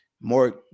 more